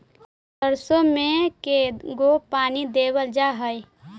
सरसों में के गो पानी देबल जा है?